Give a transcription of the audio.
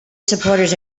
supporters